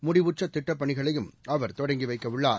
முடிவுற்ற திட்டப் பணிகளையும் அவர் தொடங்கி வைக்கவுள்ளார்